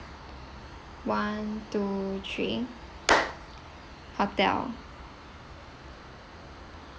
one two three hotel